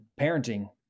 parenting